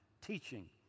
teaching